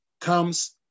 comes